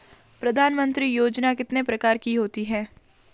प्रधानमंत्री योजना कितने प्रकार की होती है?